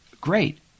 Great